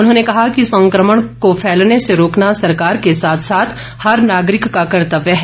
उन्होंने कहा कि संक्रमण को फैलने से रोकना सरकार के साथ साथ हर नागरिक का कर्तव्य है